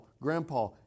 grandpa